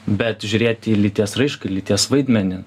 bet žiūrėt į lyties raišką lyties vaidmenį